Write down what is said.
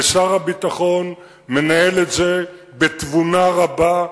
ושר הביטחון מנהל את זה בתבונה רבה,